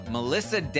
Melissa